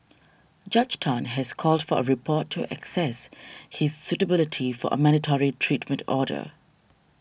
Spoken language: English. Judge Tan has called for a report to access his suitability for a mandatory treatment order